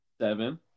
seven